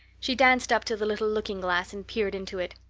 she danced up to the little looking-glass and peered into it.